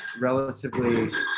relatively